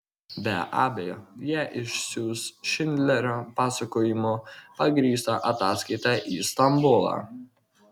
be abejo jie išsiųs šindlerio pasakojimu pagrįstą ataskaitą į stambulą